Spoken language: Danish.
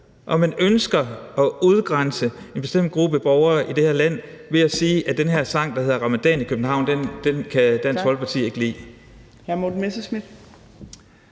man ønsker at udgrænse en bestemt gruppe borgere i det her land ved at sige, at den her sang, der hedder »Ramadan i København«, kan Dansk Folkeparti ikke lide.